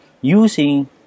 using